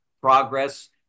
progress